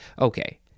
Okay